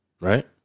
right